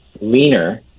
leaner